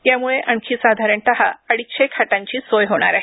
यामुळे आणखी साधारणत अडीचशे खाटांची सोय होणार आहे